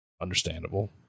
Understandable